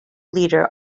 leader